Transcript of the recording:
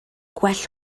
gwell